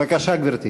בבקשה, גברתי.